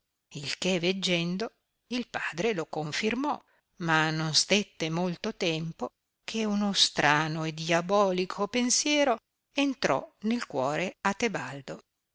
il che veggendo il padre lo conflrmò ma non stette molto tempo che un strano e diabolico pensiero entrò nel cuore a tebaldo